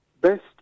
best